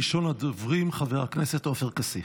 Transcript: ראשון הדוברים, חבר הכנסת עופר כסיף,